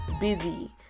busy